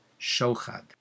Shochad